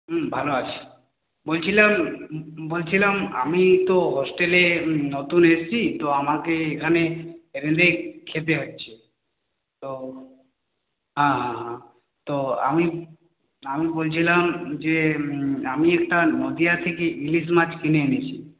ভালো আছি বলছিলাম বলছিলাম আমি তো হস্টেলে নতুন এসছি তো আমাকে এখানে রেঁধে খেতে হচ্ছে তো হ্যাঁ হ্যাঁ হ্যাঁ তো আমি আমি বলছিলাম যে আমি একটা নদিয়া থেকে ইলিশ মাছ কিনে এনেছি